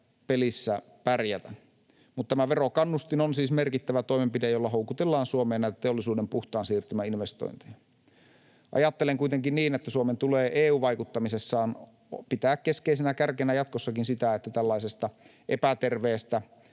pelissä pärjätä. Mutta tämä verokannustin on siis merkittävä toimenpide, jolla houkutellaan Suomeen näitä teollisuuden puhtaan siirtymän investointeja. Ajattelen kuitenkin niin, että Suomen tulee EU-vaikuttamisessaan pitää keskeisenä kärkenä jatkossakin sitä, että tällaisesta epäterveestä